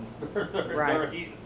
Right